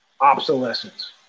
Obsolescence